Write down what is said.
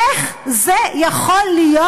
איך זה יכול להיות?